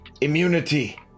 immunity